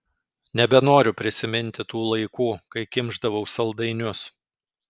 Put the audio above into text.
nebenoriu prisiminti tų laikų kai kimšdavau saldainius